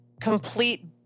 complete